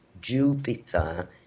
Jupiter